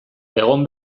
egon